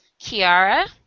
Kiara